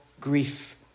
grief